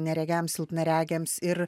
neregiams silpnaregiams ir